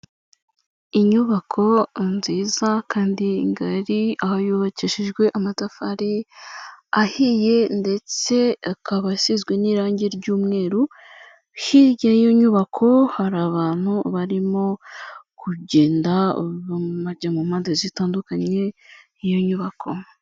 Inyubako nziza kandi ngari, aho yubakishijwe amatafari ahiye ndetse akaba asizwe n'irangi ry'umweru, hirya y'iyo nyubako hari abantu barimo kugenda bajya mu mpande zitandukanye z'iyo nyubako.